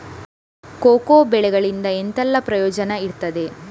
Cocoa ಬೆಳೆಗಳಿಂದ ಎಂತೆಲ್ಲ ಪ್ರಯೋಜನ ಇರ್ತದೆ?